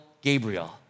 Gabriel